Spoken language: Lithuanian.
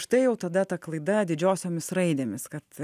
štai jau tada ta klaida didžiosiomis raidėmis kad